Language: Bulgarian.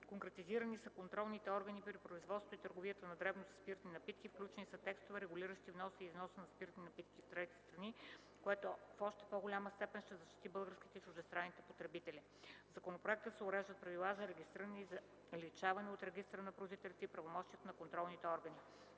Конкретизирани са контролните органи при производството и търговията на дребно със спиртни напитки. Включени са текстове, регулиращи вноса и износа на спиртни напитки в трети страни, което в още по-голяма степен ще защити българските и чуждестранните потребители. В законопроекта се уреждат правилата за регистриране и заличаване от регистъра на производителите и правомощията на контролните органи.